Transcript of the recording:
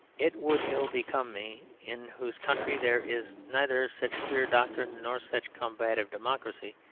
it would ill become me, in whose country there is neither such clear doctrine nor such combative democracy,